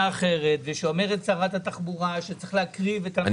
אחרת ושאומרת שרת התחבורה שצריך להקריב --- אני